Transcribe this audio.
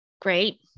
great